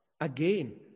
Again